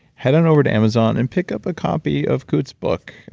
head on over to amazon and pick up a copy of kute's book.